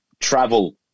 travel